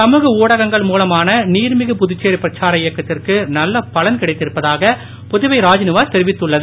சமுக ஊடகங்கள் மூலமான நீர்மிகு புதுச்சேரி பிரச்சார இயக்கத்திற்கு நல்ல பலன் கிடைத்திருப்பதாக புதுவை ராஜ்நிவாஸ் தெரிவித்துள்ளது